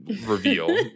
reveal